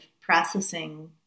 processing